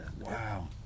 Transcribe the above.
wow